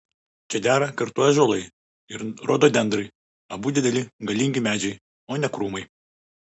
čia dera kartu ąžuolai ir rododendrai abu dideli galingi medžiai o ne krūmai